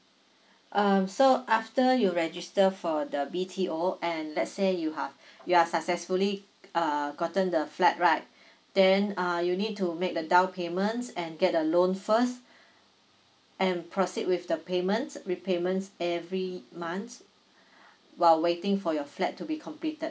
um so after you register for the B_T_O and let's say you have you're successfully err gotten the flat right then uh you need to make the down payment and get a loan first and proceed with the payment repayment every month while waiting for your flat to be completed